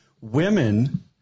Women